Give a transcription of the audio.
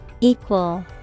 Equal